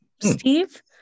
Steve